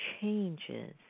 changes